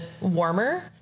warmer